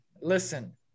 listen